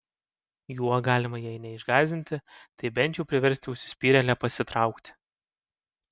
juo galima jei neišgąsdinti tai bent jau priversti užsispyrėlę pasitraukti